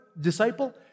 disciple